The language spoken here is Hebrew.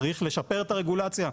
צריך לשפר את הרגולציה.